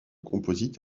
composite